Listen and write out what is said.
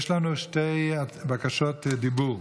יש לנו שתי בקשות דיבור.